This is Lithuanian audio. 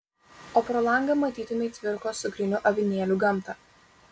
o pro langą matytumei cvirkos cukrinių avinėlių gamtą